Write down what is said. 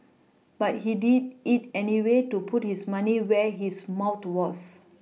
but he did it anyway to put his money where his mouth was